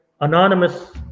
anonymous